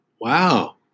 Wow